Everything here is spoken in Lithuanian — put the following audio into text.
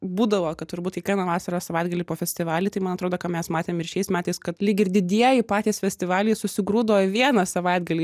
būdavo kad turbūt kiekvieną vasaros savaitgalį po festivalį tai man atrodo ką mes matėm ir šiais metais kad lyg ir didieji patys festivaliai susigrūdo į vieną savaitgalį